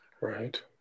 Right